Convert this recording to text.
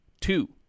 two